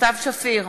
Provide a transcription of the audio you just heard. סתיו שפיר,